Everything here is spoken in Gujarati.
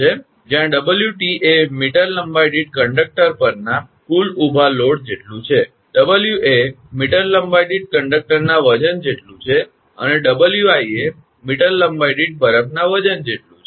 જ્યાં 𝑊𝑇 એ મીટર લંબાઈ દીઠ કંડકટર પરના કુલ ઊભા લોડ જેટલું છે 𝑊 એ મીટર લંબાઈ દીઠ કંડકટરના વજન જેટલું છે અને 𝑊𝑖 એ મીટર લંબાઈ દીઠ બરફના વજન જેટલું છે